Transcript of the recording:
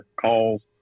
calls